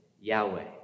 Yahweh